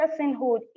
personhood